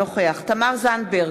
אינו נוכח תמר זנדברג,